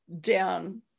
down